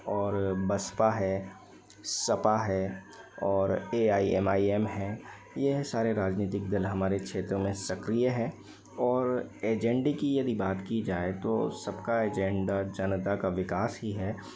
और बसपा है सपा है और A I M I M है यह सारे राजनीतिक दल हमारे क्षेत्र में सक्रिय हैं और एजेंडे की यदि बात की जाए तो सबका एजेंडा जनता का विकास ही है